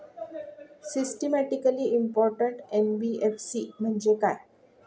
Systematically important NBFC म्हणजे काय?